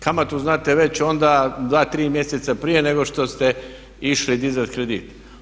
Kamatu znate već onda 2, 3 mjeseca prije nego što ste išli dizati kredit.